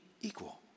equal